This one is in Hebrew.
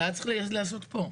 זה היה צריך להיעשות כאן.